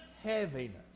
heaviness